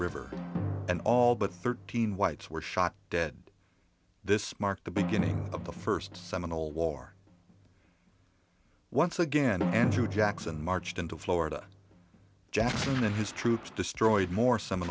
river and all but thirteen whites were shot dead this marked the beginning of the first seminal war once again andrew jackson marched into florida jackson and his troops destroyed more some